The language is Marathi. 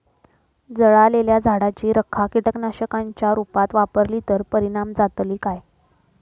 जळालेल्या झाडाची रखा कीटकनाशकांच्या रुपात वापरली तर परिणाम जातली काय?